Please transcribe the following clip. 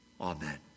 Amen